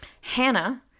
Hannah